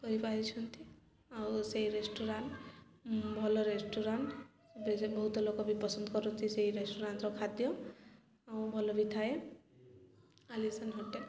କରିପାରିଛନ୍ତି ଆଉ ସେଇ ରେଷ୍ଟୁରାଣ୍ଟ ଭଲ ରେଷ୍ଟୁରାଣ୍ଟ ଏବେ ସେ ବହୁତ ଲୋକ ବି ପସନ୍ଦ କରନ୍ତି ସେଇ ରେଷ୍ଟୁରାଣ୍ଟର ଖାଦ୍ୟ ଆଉ ଭଲ ବି ଥାଏ ଆଲିସାନ ହୋଟେଲ୍